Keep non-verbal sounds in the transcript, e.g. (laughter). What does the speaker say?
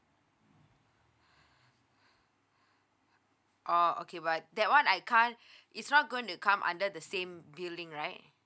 oh okay but that one I can't (breath) it's not going to come under the same billing right